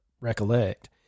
recollect